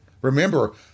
Remember